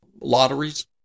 lotteries